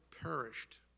perished